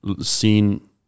seen